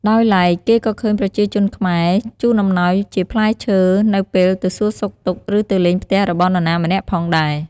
ដោយឡែក គេក៏ឃើញប្រជាជនខ្មែរជូនអំណោយជាផ្លែឈើ នៅពេលទៅសួរសុខទុក្ខ ឬទៅលេងផ្ទះរបស់នរណាម្នាក់ផងដែរ។